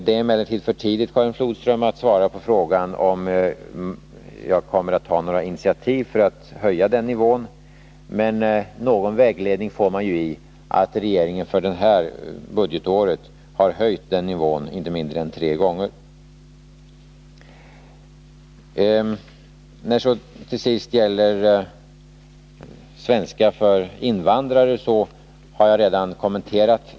Det är emellertid för tidigt, Karin Flodström, att svara på frågan om jag kommer att ta några initiativ för att höja den nivån. Någon vägledning får man ju av att regeringen för detta budgetår har höjt denna nivå inte mindre än tre gånger. Frågan om svenska för invandrare har jag redan kommenterat.